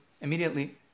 immediately